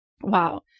Wow